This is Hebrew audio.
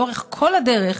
לאורך כל הדרך,